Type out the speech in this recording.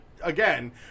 Again